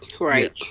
Right